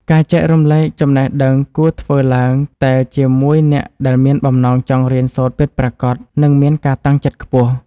ការចែករំលែកចំណេះដឹងគួរធ្វើឡើងតែជាមួយអ្នកដែលមានបំណងចង់រៀនសូត្រពិតប្រាកដ និង មានការតាំងចិត្តខ្ពស់។